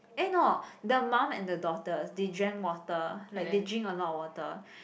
eh no the mum and the daughter they drank water like they drink a lot of water